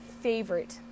favorite